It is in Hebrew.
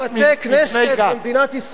הריסת בתי-כנסת במדינת ישראל.